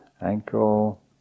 ankle